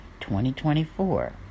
2024